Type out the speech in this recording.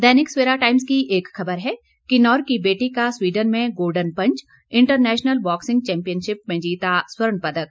दैनिक Savera times की एक खबर है किन्नौर की बेटी का स्वीडन में golden punch international boxing championship में जीता स्वर्ण पदक